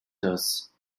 das